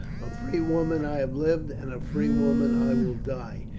a free woman i have lived, and a free woman i will die,